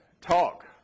talk